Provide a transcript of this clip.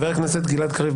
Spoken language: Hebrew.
חבר הכנסת גלעד קריב,